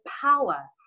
power